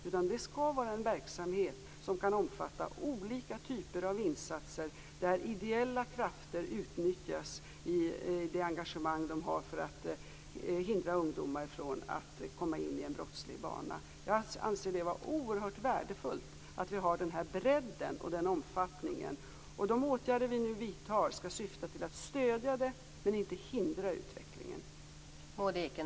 Det skall i stället vara en verksamhet som kan omfatta olika typer av insatser där ideella krafter och det engagemang de har utnyttjas för att hindra ungdomar från att komma in i en brottslig bana. Jag anser det vara oerhört värdefullt att vi har den här bredden och omfattningen. De åtgärder vi nu vidtar skall syfta till att stödja, men inte hindra utvecklingen.